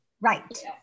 Right